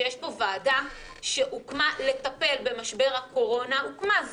כשיש פה ועדה שהוקמה לטפל במשבר הקורונה הוקמה,